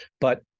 But-